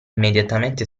immediatamente